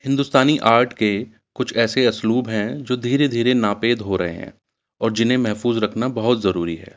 ہندوستانی آرٹ کے کچھ ایسے اسصلوب ہیں جو دھیرے دھیرے ناپید ہو رہے ہیں اور جنہیں محفوظ رکھنا بہت ضروری ہے